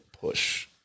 push